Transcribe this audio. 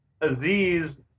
Aziz